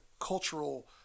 cultural